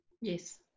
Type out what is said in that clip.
Yes